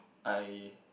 I